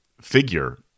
figure